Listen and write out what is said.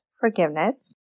forgiveness